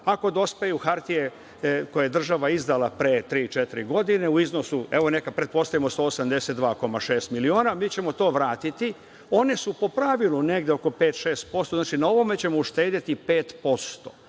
ako dospeju hartije koje je država izdala pre tri ili četiri godine u iznosu, evo neka pretpostavimo, od 182,6 miliona, mi ćemo to vratiti. One su po pravilu negde oko 5-6%, znači, na ovome ćemo uštedeti 5%,